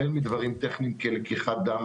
החל מדברים טכניים כלקיחת דם,